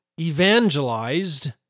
Evangelized